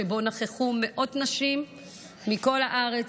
שבו נכחו מאות נשים מכל הארץ,